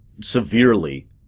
severely